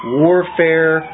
warfare